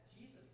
Jesus